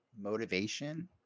motivation